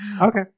Okay